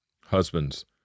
Husbands